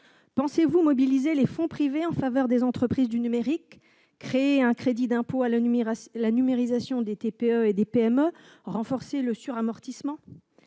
Pensez-vous mobiliser les fonds privés en faveur des entreprises du numérique, créer un crédit d'impôt à la numérisation des TPE et des PME, renforcer le suramortissement ?